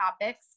topics